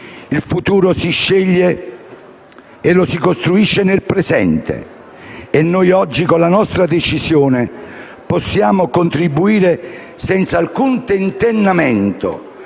Il futuro si sceglie e lo si costruisce nel presente e noi oggi, con la nostra decisione, possiamo contribuire, senza alcun tentennamento,